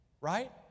right